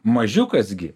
mažiukas gi